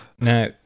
Now